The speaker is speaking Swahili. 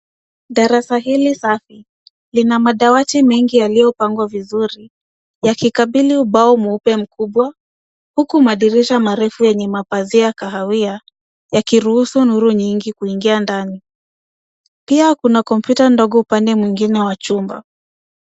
Darasa hili safi lina madawati mengi yaliyopangwa vizuri yakikabili ubao mweupe mkubwa huku madirisha marefu yenye mapazia kahawia, yakiruhusu nuru nyingi kuingia ndani. Pia kuna kompyuta ndogo upande mwingine wa chumba.